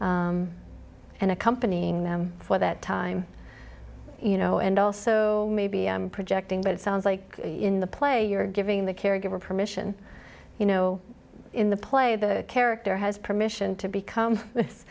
and accompanying them for that time you know and also maybe i'm projecting but it sounds like in the play you're giving the caregiver permission you know in the play the character has permission to become this